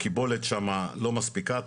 הקיבולת שם לא מספיקה,